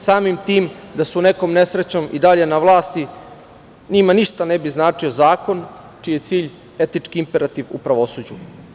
Samim tim, da su nekom nesrećom i dalje na vlasti njima ništa ne bi značio zakon čiji je cilj etički imperativ u pravosuđu.